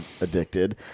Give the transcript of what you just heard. addicted